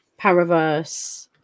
Paraverse